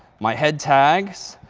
my head tags,